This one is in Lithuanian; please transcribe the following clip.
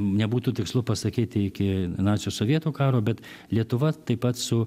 nebūtų tikslu pasakyti iki nacių sovietų karo bet lietuva taip pat su